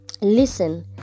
Listen